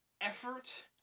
effort